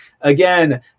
Again